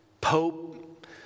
pope